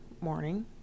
morning